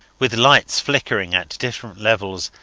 with lights flickering at different levels,